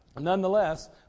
nonetheless